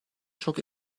çok